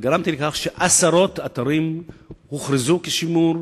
וגרמתי לכך שעשרות אתרים הוכרזו לשימור.